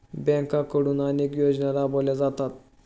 बँकांकडून अनेक योजना राबवल्या जातात